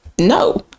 No